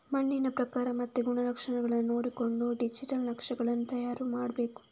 ಮಣ್ಣಿನ ಪ್ರಕಾರ ಮತ್ತೆ ಗುಣಲಕ್ಷಣಗಳನ್ನ ನೋಡಿಕೊಂಡು ಡಿಜಿಟಲ್ ನಕ್ಷೆಗಳನ್ನು ತಯಾರು ಮಾಡ್ಬೇಕು